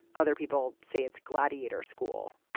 other people say it's gladiator school.